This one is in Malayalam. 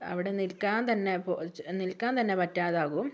അവിടെ നിൽക്കാൻ തന്നെ നിൽക്കാൻ തന്നെ പറ്റാതാകും